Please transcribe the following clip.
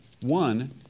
One